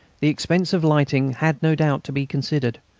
the expense of lighting, had no doubt to be considered,